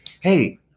hey